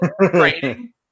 training